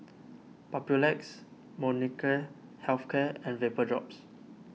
Papulex Molnylcke Health Care and Vapodrops